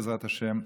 בעזרת השם,